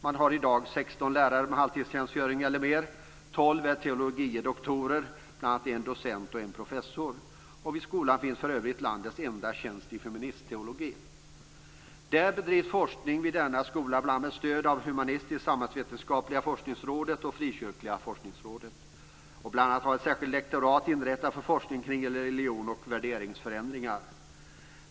Man har i dag 16 lärare med halvtidstjänstgöring eller mer. 12 är teologie doktorer, bl.a. en docent och en professor. Vid skolan finns för övrigt landets enda tjänst i feministteologi. Det bedrivs forskning vid denna skola bl.a. med stöd av Humanistisk-samhällsvetenskapliga forskningsrådet och Frikyrkliga forskningsrådet. Bl.a. har ett särskilt lektorat inrättats för forskning kring religion och värderingsförändringar.